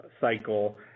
cycle